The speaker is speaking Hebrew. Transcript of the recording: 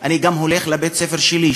ואני גם הולך לבית-הספר שלי,